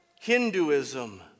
Hinduism